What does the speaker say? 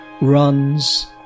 runs